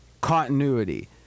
continuity